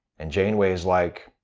and janeway's like,